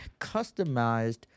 customized